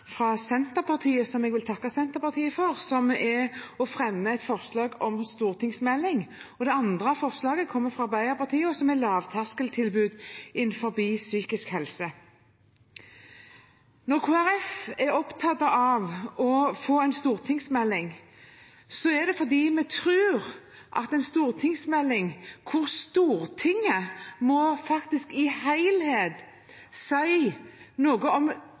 fra Senterpartiet, som jeg vil takke Senterpartiet for, om å fremme forslag om en stortingsmelding, og et annet Dokument 8-forslag, fra Arbeiderpartiet, om lavterskeltilbud innenfor psykisk helse. Når Kristelig Folkeparti er opptatt av å få en stortingsmelding, er det fordi vi tror at med en stortingsmelding der Stortinget i helhet må si noe om